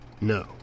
No